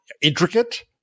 intricate